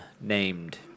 named